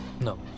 No